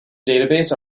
database